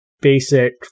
basic